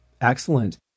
Excellent